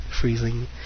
freezing